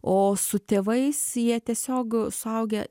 o su tėvais jie tiesiog suaugę